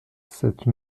cette